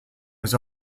his